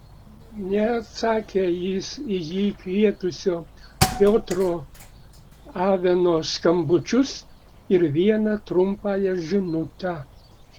neatsakė jis į jį kvietusio piotro aveno skambučius ir vieną trumpąją žinutę